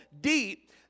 deep